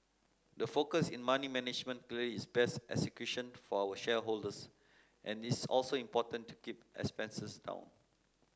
the focus in money management clearly is best execution for our shareholders and it's also important to keep expenses down